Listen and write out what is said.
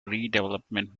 redevelopment